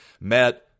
met